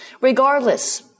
Regardless